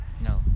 No